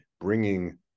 bringing